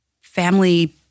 family